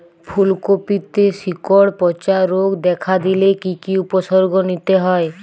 ফুলকপিতে শিকড় পচা রোগ দেখা দিলে কি কি উপসর্গ নিতে হয়?